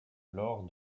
lors